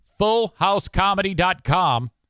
Fullhousecomedy.com